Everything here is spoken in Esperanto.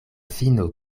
fino